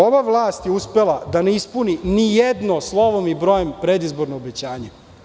Ova vlast je uspela da ne ispuni ni jedno slovom i brojem predizborno obećanje.